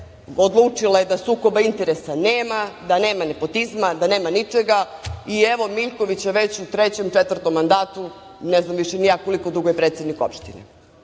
Odlučila je da sukoba interesa nema, da nema nepotizma, da nema ničega i evo Miljkovića već u trećem, četvrtom mandatu. Ne znam više ni ja koliko dugo je predsednik opštine.Za